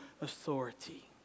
authority